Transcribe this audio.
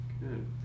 Good